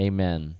Amen